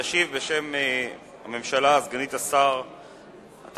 תשיב בשם הממשלה סגנית שר התעשייה,